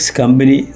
company